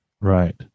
right